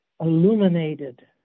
illuminated